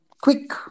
quick